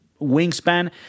wingspan